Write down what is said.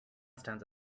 stands